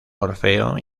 orfeo